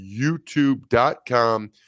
youtube.com